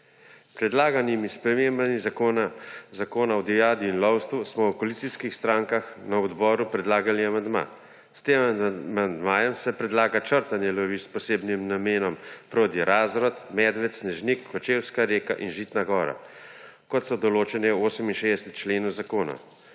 predlaganimi spremembami Zakona o divjadi in lovstvu smo v koalicijskih strankah na odboru predlagali amandma. S tem amandmajem se predlaga črtanje lovišč s posebnim namenom Prodi-Razor, Medved, Snežnik Kočevska Reka in Žitna gora, kot so določena v 68. členu zakona.